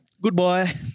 Goodbye